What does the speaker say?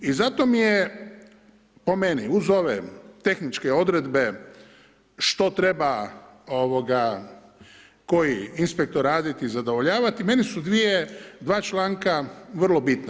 I zato mi je, po meni uz ove tehničke odredbe, što treba koji inspektor raditi i zadovoljavati, meni su dva članka vrlo bitna.